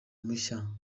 mushya